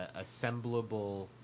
assemblable